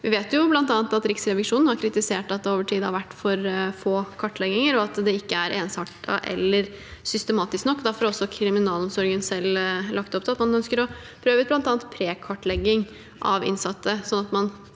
Vi vet bl.a. at Riksrevisjonen har kritisert at det over tid har vært for få kartlegginger, og at det ikke er ensartet nok eller systematisk nok. Derfor har også kriminalomsorgen selv lagt opp til at man ønsker å prøve ut bl.a. prekartlegging av innsatte, sånn at man